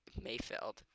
Mayfeld